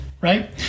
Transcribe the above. right